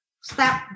step